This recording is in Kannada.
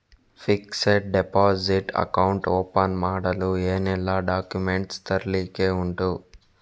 ಫಿಕ್ಸೆಡ್ ಡೆಪೋಸಿಟ್ ಅಕೌಂಟ್ ಓಪನ್ ಮಾಡಲು ಏನೆಲ್ಲಾ ಡಾಕ್ಯುಮೆಂಟ್ಸ್ ತರ್ಲಿಕ್ಕೆ ಉಂಟು?